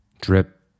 Drip